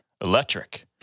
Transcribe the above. Electric